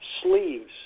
Sleeves